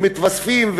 ומתווספים,